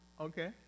Okay